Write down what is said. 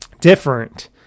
different